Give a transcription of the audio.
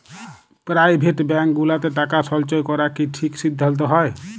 private bank গুলাতে টাকা সল্চয় ক্যরা কি ঠিক সিদ্ধাল্ত হ্যয়